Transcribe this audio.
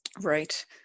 Right